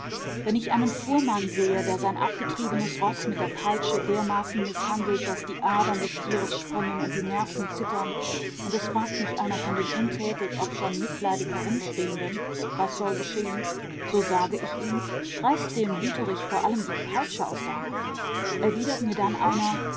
wenn ich einen fuhrmann sehe der sein abgetriebenes roß mit der peitsche dermaßen mißhandelt daß die adern des tieres springen und die nerven zittern und es fragt mich einer von den untätig obschon mitleidig herumstehenden was soll geschehen so sage ich ihm reißt dem wüterich vor allem die peitsche aus der hand erwidert mir dann einer